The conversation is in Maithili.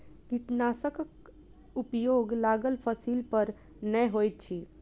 कीटनाशकक उपयोग लागल फसील पर नै होइत अछि